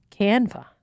Canva